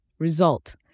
Result